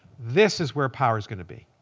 this is where power's going to be.